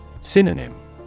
Synonym